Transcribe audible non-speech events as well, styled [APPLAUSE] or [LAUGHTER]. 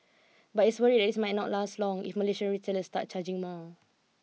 but he is worried [UNINTELLIGIBLE] might not last long if Malaysian retailers start charging more